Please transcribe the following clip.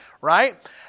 Right